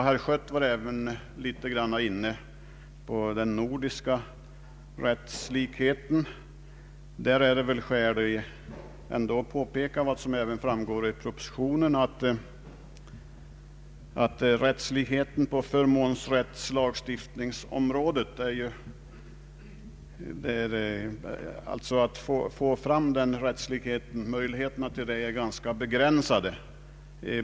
Herr Schött tog upp frågan om den nordiska rättslikheten. Det finns skäl att påpeka vad som också framgår av propositionen, att rättslikhet på förmånsrättslagstiftningens område finns det ganska små möjligheter att få fram.